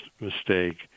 mistake